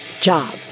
job